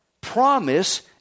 promise